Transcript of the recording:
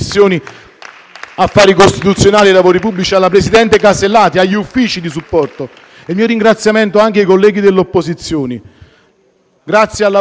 affari costituzionali e lavori pubblici, alla presidente Casellati e agli uffici di supporto. Il mio ringraziamento va anche ai colleghi delle opposizioni. Grazie al lavoro svolto